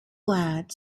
lad